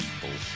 people